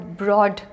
broad